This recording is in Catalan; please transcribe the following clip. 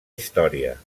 història